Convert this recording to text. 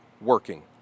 working